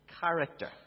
character